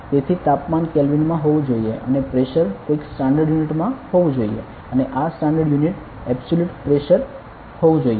તેથી તાપમાન કેલ્વિન માં હોવું જોઈએ અને પ્રેશર કોઇક સ્ટાન્ડર્ડ યુનિટમાં હોવું જોઈએ અને આ સ્ટાન્ડર્ડ યુનિટ એબ્સોલ્યુટ પ્રેશર હોવું જોઈએ